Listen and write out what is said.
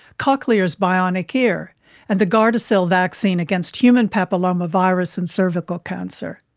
cochlear's bionic ear and the gardasil vaccine against human papillomavirus and cervical cancer.